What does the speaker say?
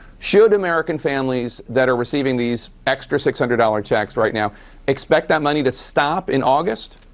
should american families that are receiving these extra six hundred dollars checks right now expect that money to stop in august?